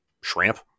shrimp